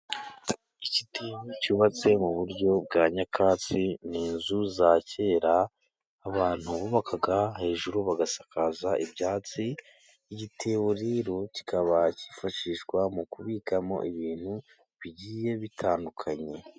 Igitebo cyubatse mu buryo bwa nyakatsi ni inzu za kera abantu bubakaga hejuru bagasakaza ibyatsi. Igitebo rero kikaba cyifashishwa mu kubikamo ibintu bigiye bitandukanye.